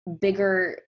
bigger